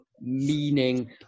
meaning